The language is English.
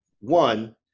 One